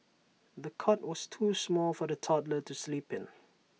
the cot was too small for the toddler to sleep in